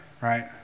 Right